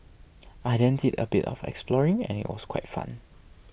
I then did a bit of exploring and it was quite fun